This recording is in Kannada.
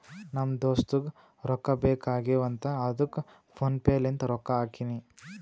ನಮ್ ದೋಸ್ತುಗ್ ರೊಕ್ಕಾ ಬೇಕ್ ಆಗೀವ್ ಅಂತ್ ಅದ್ದುಕ್ ಫೋನ್ ಪೇ ಲಿಂತ್ ರೊಕ್ಕಾ ಹಾಕಿನಿ